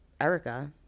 Erica